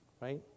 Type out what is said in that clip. right